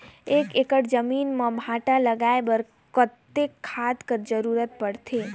एक एकड़ जमीन म भांटा लगाय बर कतेक खाद कर जरूरत पड़थे?